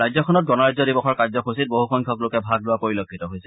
ৰাজ্যখনত গণৰাজ্য দিৱসৰ কাৰ্যসূচীত বহুসংখ্যক লোকে ভাগ লোৱা পৰিলক্ষিত হৈছে